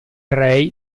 rey